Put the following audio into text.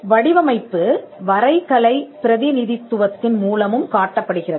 வடிவமைப்பு வரைகலை பிரதிநிதித்துவத்தின் மூலமும் காட்டப்படுகிறது